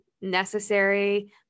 necessary